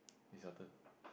is your turn